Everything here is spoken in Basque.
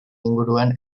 inguruan